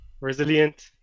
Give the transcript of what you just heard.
resilient